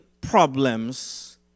problems